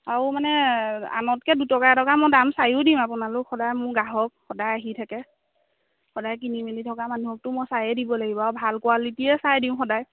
আৰু মানে আনতকৈ দুটকা এটকা মোৰ দাম চায়ো দিম আপোনালোক সদায় মোৰ গ্ৰাহক সদায় আহি থাকে সদায় কিনি মেলি থকা মানুহকতো মই চায়েই দিব লাগিব আৰু ভাল কুৱালিটিয়ে চাই দিওঁ সদায়